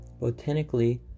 botanically